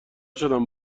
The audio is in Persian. شدم